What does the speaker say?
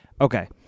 Okay